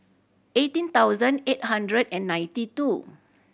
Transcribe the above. eighteen thousand eight hundred and ninety two